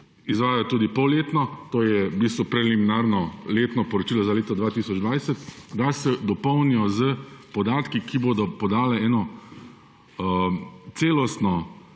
izvajajo tudi polletno, to je v bistvu preliminarno letno poročilo za leto 2020, da se dopolnijo s podatki, ki bodo podali celostno